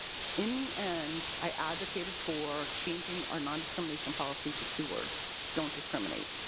in the end, i advocated for changing our nondiscrimination policy to two words, don't discriminate.